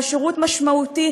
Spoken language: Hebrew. ושירות משמעותי,